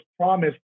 promised